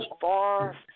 far